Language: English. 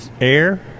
air